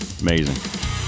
Amazing